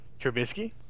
Trubisky